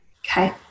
Okay